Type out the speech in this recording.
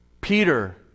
Peter